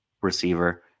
receiver